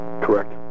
Correct